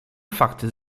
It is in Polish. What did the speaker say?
fakty